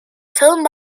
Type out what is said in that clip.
filmed